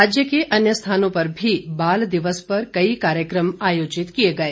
राज्य के अन्य स्थानों पर भी बाल दिवस पर कई कार्यक्रम आयोजित किए गए